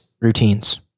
routines